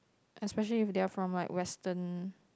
especially if they are from like Western